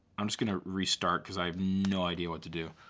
i'm just gonna restart cause i have no idea what to do.